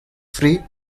free